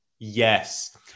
Yes